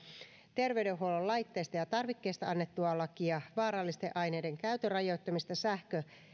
terveydenhuollon laitteista ja tarvikkeista annettua lakia vaarallisten aineiden käytön rajoittamista sähkö